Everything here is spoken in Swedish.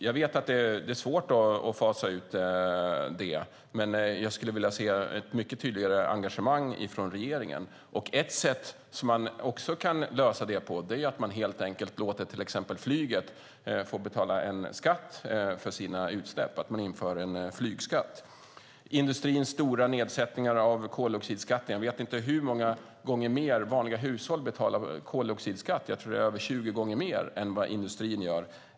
Jag vet att det är svårt att fasa ut detta, men jag skulle vilja se ett mycket tydligare engagemang från regeringen. Ett sätt man kan lösa detta på är att helt enkelt låta till exempel flyget betala en skatt på sina utsläpp, alltså att man inför en flygskatt. När det gäller industrins stora nedsättningar av koldioxidskatten vet jag inte hur många gånger mer i koldioxidskatt vanliga hushåll betalar; jag tror att det är över 20 gånger mer än vad industrin gör.